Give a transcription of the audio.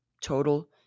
total